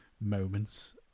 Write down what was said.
moments